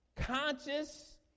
conscious